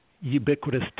ubiquitous